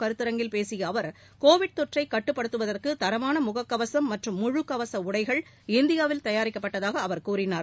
கருத்தரங்கில் பேசிய Covid India தொற்றைக் சுயசார்பு கட்டுப்படுத்துவதற்கு தரமான முகக்கவசம் மற்றும் முழுக் கவச உடைகள் இந்தியாவில் தயாரிக்கப்பட்டதாக அவர் கூறினார்